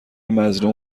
مظلوم